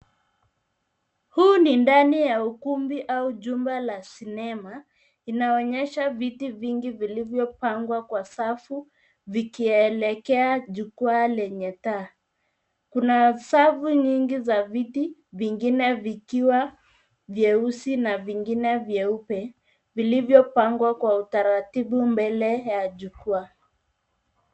Huu ni ndani ya ukumbi au jumba la sinema, inaonyesha viti vingi vilivyopangwa kwa safu vikielekea jukwaa lenye taa. Kuna safu nyingi za viti, vingine vikiwa vyeusi na vingine vyeupe vilivyopangwa kwa utaratibu mbele ya jukwaa.